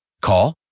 Call